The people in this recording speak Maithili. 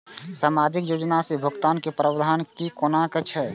सामाजिक योजना से भुगतान के प्रावधान की कोना छै?